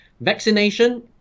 Vaccination